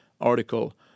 article